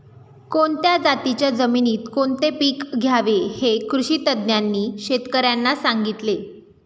कोणत्या जातीच्या जमिनीत कोणते पीक घ्यावे हे कृषी तज्ज्ञांनी शेतकर्यांना सांगितले